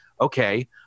Okay